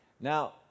Now